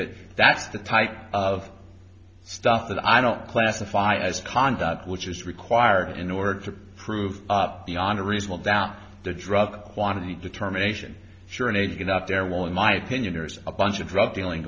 but that's the type of stuff that i don't classify as conduct which is required in order to prove beyond a reasonable doubt the drug quantity determination sure and it's going up there well in my opinion there's a bunch of drug dealing